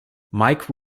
mike